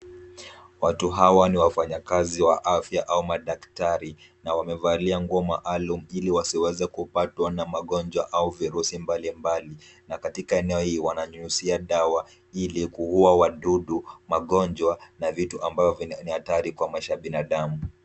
Watu hawa ni wafanyakazi wa afya au madaktari, na wamevalia nguo maalum ili wasiweze kupatwa na magonjwa au virusi mbalimbali. Na katika eneo hii wananyunyuzia dawa ili kuua wadudu, magonjwa, na vitu ambavyo ni hatari kwa maisha ya binadamu.